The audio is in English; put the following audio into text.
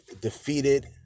defeated